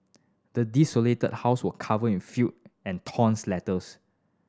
the desolated house was covered in filth and torn letters